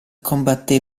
combatté